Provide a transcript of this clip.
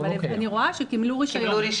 אבל אני רואה שקיבלו רישיון.